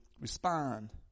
respond